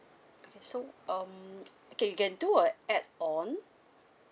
okay so um okay you can do a add on